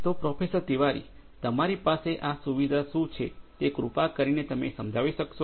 તો પ્રોફેસર તિવારી તમારી પાસે આ સુવિધા શું છે તે કૃપા કરીને તમે સમજાવી શકશો